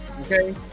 okay